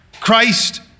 Christ